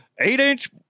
eight-inch